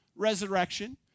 resurrection